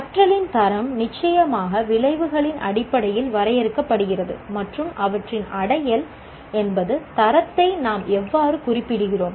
கற்றலின் தரம் நிச்சயமாக விளைவுகளின் அடிப்படையில் வரையறுக்கப்படுகிறது மற்றும் அவற்றின் அடையல் என்பது தரத்தை நாம் எவ்வாறு குறிப்பிடுகிறோம்